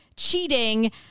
cheating